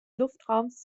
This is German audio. luftraums